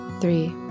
three